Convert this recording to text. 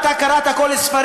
אתה קראת את כל הספרים,